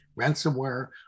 ransomware